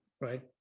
right